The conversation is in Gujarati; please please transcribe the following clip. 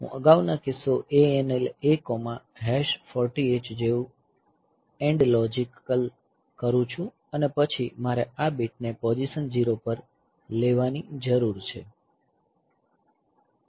હું અગાઉના કિસ્સો ANL A40 H જેવું જ એન્ડ લોજિકલ કરું છું અને પછી મારે આ બીટને પોઝિશન 0 પર લેવાની જરૂર છે